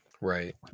right